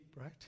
right